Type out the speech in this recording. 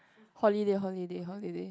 holiday holiday holiday